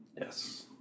Yes